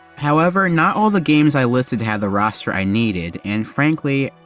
however, not all the games i listed have the roster i needed and frankly,